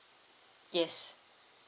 yes